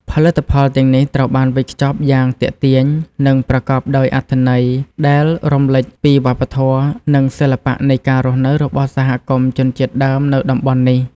ផលិតផលទាំងនេះត្រូវបានវេចខ្ចប់យ៉ាងទាក់ទាញ និងប្រកបដោយអត្ថន័យ ដែលរំលេចពីវប្បធម៌ និងសិល្បៈនៃការរស់នៅរបស់សហគមន៍ជនជាតិដើមនៅតំបន់នេះ។